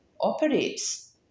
operates